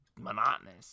monotonous